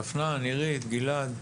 דפנה, נירית, גלעד.